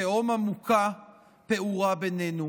תהום עמוקה פעורה בינינו.